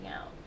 out